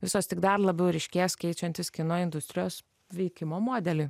visos tik dar labiau ryškės keičiantis kino industrijos veikimo modelį